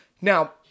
Now